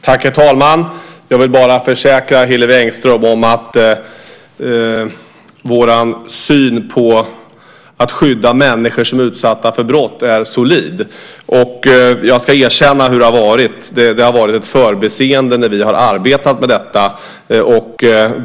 Herr talman! Jag vill bara försäkra Hillevi Engström om att vår syn när det gäller att skydda människor som är utsatta för brott är solid. Jag ska erkänna hur det har varit. Det har varit ett förbiseende när vi har arbetat med detta.